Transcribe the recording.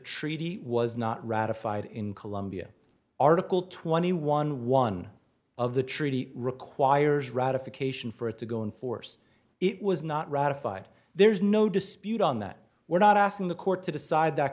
treaty was not ratified in colombia article twenty one one of the treaty requires ratification for it to go in force it was not ratified there's no dispute on that we're not asking the court to decide that